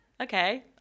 okay